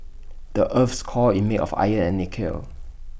the Earth's core is made of iron and nickel